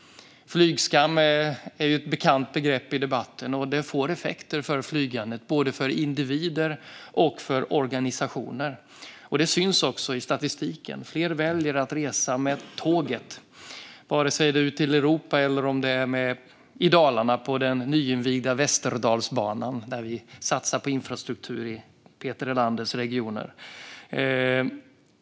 Flygskam är ett bekant begrepp i debatten, och det får effekt för flygandet för både individer och organisationer. Det syns också i statistiken. Fler väljer att resa med tåg, vare sig det är ut i Europa eller i Dalarna på den nyinvigda Västerdalsbanan, en satsning på infrastruktur i Peter Helanders regioner.